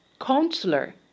counselor